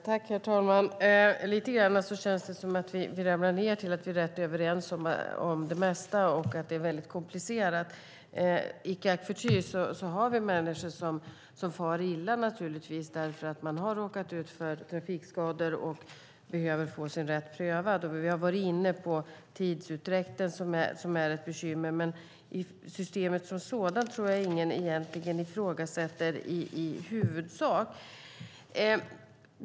Herr talman! Lite grann känns det som att vi ramlar ned till att vi är rätt överens om det mesta och att det är väldigt komplicerat. Icke förty har vi naturligtvis människor som far illa därför att de har råkat ut för trafikskador och behöver få sin rätt prövad. Vi har varit inne på tidsutdräkten som är ett bekymmer. Men systemet som sådant tror jag ingen egentligen ifrågasätter i huvudsak.